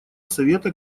совета